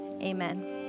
amen